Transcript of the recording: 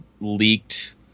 leaked